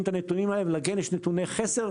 את הנתונים האלה ולכן יש נתוני חסר.